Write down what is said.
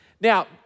Now